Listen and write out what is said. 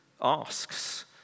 asks